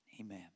Amen